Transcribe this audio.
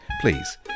Please